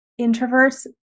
introverts